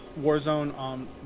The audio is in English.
Warzone